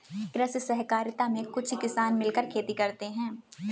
कृषि सहकारिता में कुछ किसान मिलकर खेती करते हैं